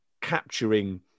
capturing